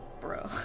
Bro